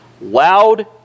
loud